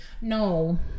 No